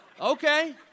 okay